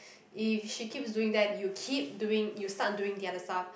if she keeps doing that you keep doing you start doing the other stuff